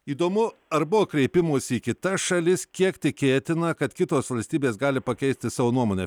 įdomu ar buvo kreipimųsi į kitas šalis kiek tikėtina kad kitos valstybės gali pakeisti savo nuomonę